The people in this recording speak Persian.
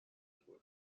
میخوره